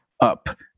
up